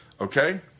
Okay